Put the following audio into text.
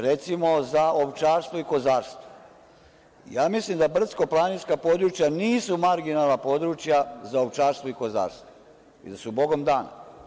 Recimo, za ovčarstvo i kozarstvo, ja mislim da brdsko-planinska područja nisu marginalna područja za ovčarstvo i kozarstvo i da su Bogom dani.